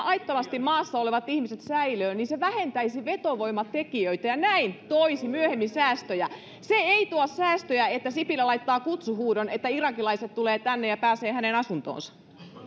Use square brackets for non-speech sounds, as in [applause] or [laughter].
[unintelligible] laittomasti maassa olevat ihmiset säilöön niin se vähentäisi vetovoimatekijöitä ja näin toisi myöhemmin säästöjä se ei tuo säästöjä että sipilä laittaa kutsuhuudon että irakilaiset tulevat tänne ja pääsevät hänen asuntoonsa